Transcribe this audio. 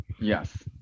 Yes